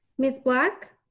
miss black.